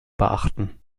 beachten